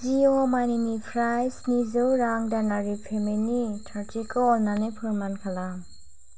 जिअ' मानिनिफ्राय स्निजौ रां दानारि पेमेन्टनि थारथिखौ अन्नानै फोरमान खालाम